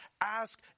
ask